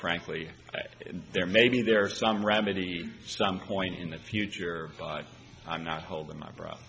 frankly but there may be there are some remedy some point in the future by i'm not holding my breath